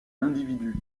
l’individu